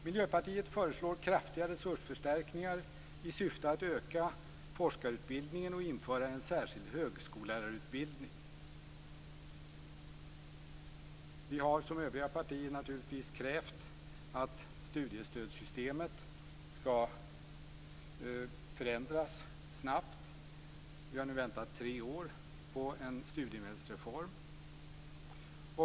Miljöpartiet föreslår kraftiga resursförstärkningar i syfte att öka forskarutbildningen och införa en särskild högskollärarutbildning. Vi har som övriga partier krävt att studiestödssystemet skall förändras snabbt. Vi har nu väntat i tre år på en studiemedelsreform.